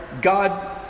God